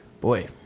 Boy